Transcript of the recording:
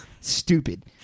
stupid